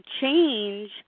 change